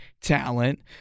talent